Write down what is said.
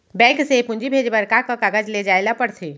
Bank से पूंजी भेजे बर का का कागज ले जाये ल पड़थे?